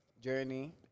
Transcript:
journey